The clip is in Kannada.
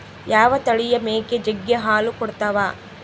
ಯಾವ ತಳಿಯ ಮೇಕೆ ಜಗ್ಗಿ ಹಾಲು ಕೊಡ್ತಾವ?